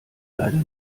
leider